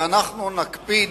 ואנחנו נקפיד,